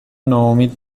ناامید